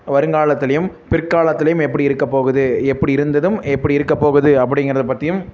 வருங்காலத்திலையும் பிற்காலத்திலையும் எப்படி இருக்கப்போகுது எப்படி இருந்ததும் எப்படி இருக்கப்போகுது அப்படிங்கிறத பற்றியும்